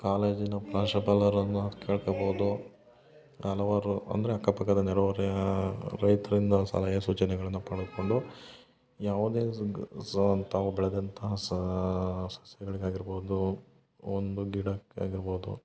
ಕಾಲೇಜಿನ ಪ್ರಾಂಶುಪಾಲರನ್ನು ಕೇಳ್ಕಬಹುದು ಹಲವಾರು ಅಂದರೆ ಅಕ್ಕಪಕ್ಕದ ನೆರಹೊರೆಯ ರೈತಿರಿಂದ ಸಲಹೆ ಸೂಚನೆಗಳನ್ನ ಪಡದ್ಕೊಂಡು ಯಾವುದೇ ಝುಗ್ ತಾವು ಬೆಳೆದಂತಹ ಸಸ್ಯಗಳಿಗೆ ಆಗಿರ್ಬೋದು ಒಂದು ಗಿಡಕ್ಕೆ ಆಗಿರ್ಬೊದು